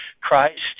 Christ